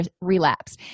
relapse